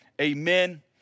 amen